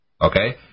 Okay